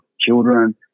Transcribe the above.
children